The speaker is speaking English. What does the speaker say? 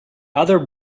other